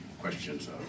questions